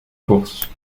course